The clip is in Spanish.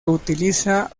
utiliza